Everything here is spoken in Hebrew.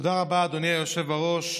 תודה רבה, אדוני היושב-ראש.